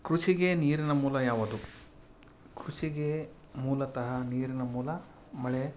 ಕೃಷಿಗೆ ನೀರಿನ ಮೂಲ ಯಾವುದು ಕೃಷಿಗೆ ಮೂಲತಃ ನೀರಿನ ಮೂಲ ಮಳೆ